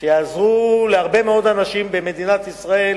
שיעזרו להרבה מאוד אנשים במדינת ישראל